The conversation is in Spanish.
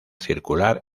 circular